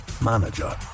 Manager